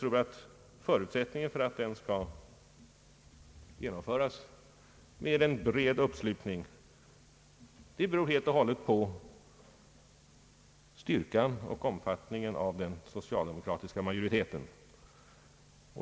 Om den skall kunna genomföras med en bred uppslutning, beror helt och hållet på styrkan och omfattningen av den socialdemokratiska majoriteten.